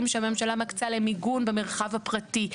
שהממשלה מקצה למיגון במרחב הפרטי.